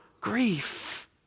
grief